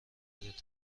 شاید